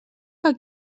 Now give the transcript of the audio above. que